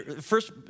first